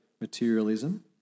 materialism